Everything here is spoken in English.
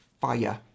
fire